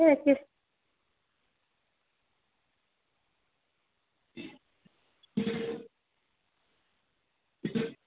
ঠিক আছে